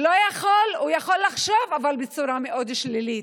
הוא יכול לחשוב, אבל בצורה מאוד שלילית.